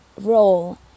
role